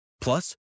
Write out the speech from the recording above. Plus